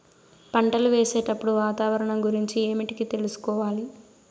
పంటలు వేసేటప్పుడు వాతావరణం గురించి ఏమిటికి తెలుసుకోవాలి?